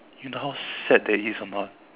you know how sad that is or not